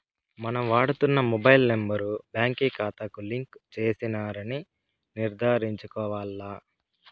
మనం వాడుతున్న mobile number బాంకీ కాతాకు లింక్ చేసినారని నిర్ధారించుకోవాల్ల